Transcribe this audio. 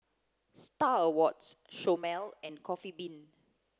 Star Awards Chomel and Coffee Bean